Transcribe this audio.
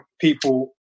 people